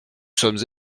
sommes